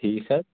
ٹھیٖک حظ